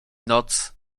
noc